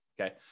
Okay